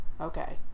okay